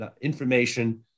information